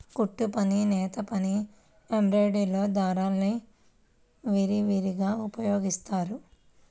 కుట్టుపని, నేతపని, ఎంబ్రాయిడరీలో దారాల్ని విరివిగా ఉపయోగిస్తారు